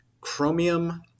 chromium